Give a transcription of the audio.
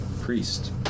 priest